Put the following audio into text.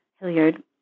Hilliard